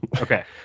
Okay